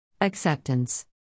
Acceptance